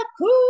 cool